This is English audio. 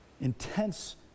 intense